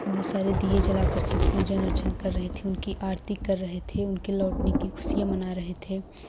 बहुत सारे दीये जलाकर के पूजा अर्चना कर रहे थे उनकी आरती कर रहे थे उनके लौटने की खुशियाँ मना रहे थे